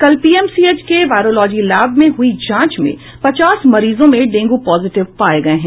कल पीएमसीएच के virology lab में हुयी जांच में पचास मरीजों में डेंगू पॉजिटिव पाये गये हैं